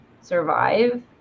survive